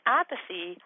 apathy